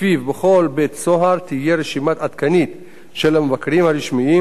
שלפיו בכל בית-סוהר תהיה רשימה עדכנית של המבקרים הרשמיים